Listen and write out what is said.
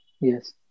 Yes